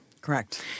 Correct